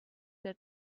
der